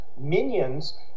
minions